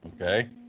Okay